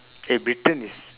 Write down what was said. eh britain is